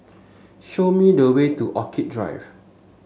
show me the way to Orchid Drive